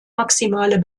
maximale